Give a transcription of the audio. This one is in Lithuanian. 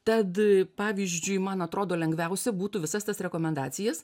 tad pavyzdžiui man atrodo lengviausia būtų visas tas rekomendacijas